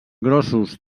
grossos